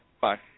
Bye